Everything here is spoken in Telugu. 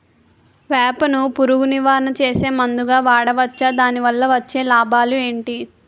వేప ను పురుగు నివారణ చేసే మందుగా వాడవచ్చా? దాని వల్ల వచ్చే లాభాలు ఏంటి?